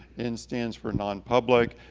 n stands for non-public.